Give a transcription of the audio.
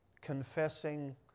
Confessing